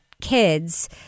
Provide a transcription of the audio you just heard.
kids